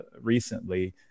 recently